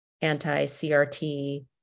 anti-CRT